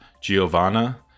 Giovanna